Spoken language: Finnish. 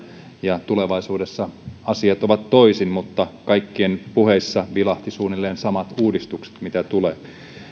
ja tulevaisuudessa asiat ovat toisin mutta kaikkien puheissa vilahtivat suunnilleen samat uudistukset joita tulee